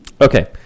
Okay